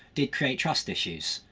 did create trust issues,